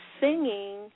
singing